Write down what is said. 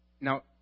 Now